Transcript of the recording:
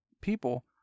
people